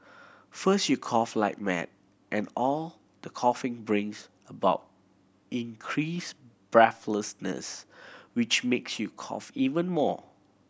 first you cough like mad and all the coughing brings about increased breathlessness which makes you cough even more